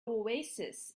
oasis